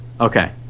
okay